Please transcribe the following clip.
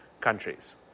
countries